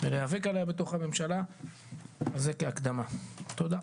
ולהיאבק עליה בתוך הממשלה, אז זה כהקדמה, תודה.